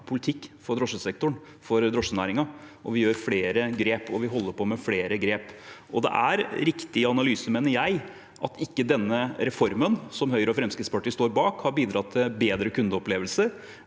politikk for drosjesektoren, for drosjenæringen. Vi tar flere grep, og vi holder på med flere grep. Jeg mener det er riktig analyse at den reformen Høyre og Fremskrittspartiet står bak, ikke har bidratt til bedre kundeopplevelser,